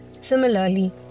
Similarly